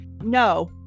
No